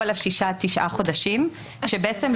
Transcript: עליו שישה עד תשעה חודשי עבודות שירות.